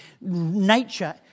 nature